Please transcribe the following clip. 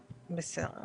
בסדר,